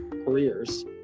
careers